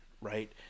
right